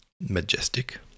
majestic